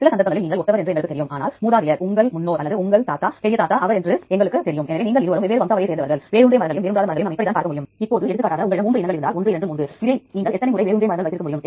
இந்த வழியில் நீங்கள் மையோக்ளோபின் புரதத்திற்கான அனைத்து தொடர் வரிசைகளை மதிப்பாய்வு செய்யப்பட்ட முதல் வரிசையில் பெறலாம் அதுதவிர மதிப்பாய்வு செய்யப்படாத வரிசைகளை இடது பக்கத்திலிருந்து நீங்கள் பார்க்க முடியும்